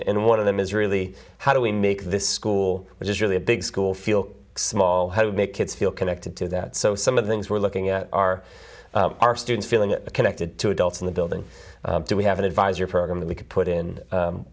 and one of them is really how do we make this school which is really a big school feel small how to make kids feel connected to that so some of the things we're looking at are our students feeling connected to adults in the building do we have an advisor program that we could put in